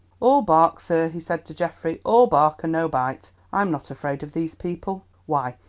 all bark, sir, he said to geoffrey, all bark and no bite i'm not afraid of these people. why,